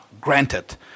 granted